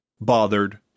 bothered